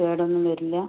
കേടൊന്നും വരില്ല